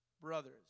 Brothers